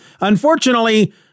Unfortunately